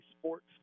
Sports